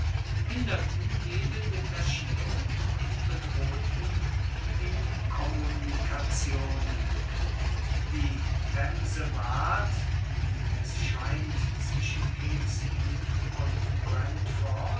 hinderten jede detachierung und bedrohten die kommunikationen die themse ward wie es scheint zwischen kingston und